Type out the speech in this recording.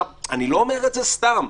אני לא אומר את זה סתם.